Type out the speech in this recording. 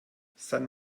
san